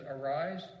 Arise